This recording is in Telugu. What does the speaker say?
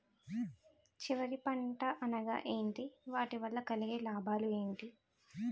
చివరి పంట అనగా ఏంటి వాటి వల్ల కలిగే లాభాలు ఏంటి